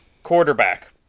quarterback